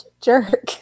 jerk